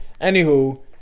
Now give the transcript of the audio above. Anywho